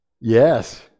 Yes